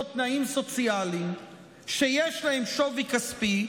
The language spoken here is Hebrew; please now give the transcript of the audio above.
תנאים סוציאליים שיש להם שווי כספי,